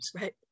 Right